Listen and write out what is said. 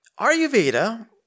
Ayurveda